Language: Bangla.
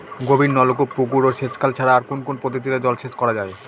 গভীরনলকূপ পুকুর ও সেচখাল ছাড়া আর কোন কোন পদ্ধতিতে জলসেচ করা যায়?